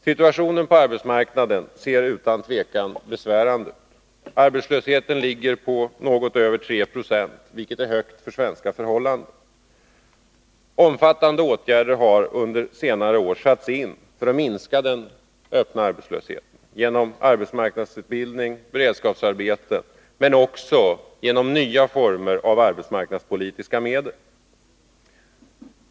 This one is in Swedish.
Situationen på arbetsmarknaden ser utan tvivel besvärande ut. Arbetslösheten ligger något över 3 20, och det är högt för svenska förhållanden. Omfattande åtgärder har under senare år vidtagits för att minska den öppna arbetslösheten — genom arbetsmarknadsutbildning och beredskapsarbeten men också genom nya former av arbetsmarknadspolitiska medel.